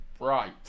right